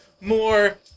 more